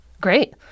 Great